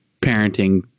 parenting